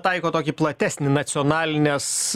taiko tokį platesnį nacionalinės